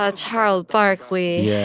ah charles barkley yeah,